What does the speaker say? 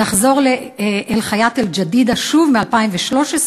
נחזור ל"אל-חיאת אל-ג'דידה", שוב, מ-2013: